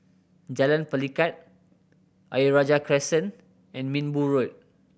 Jalan Pelikat Ayer Rajah Crescent and Minbu Road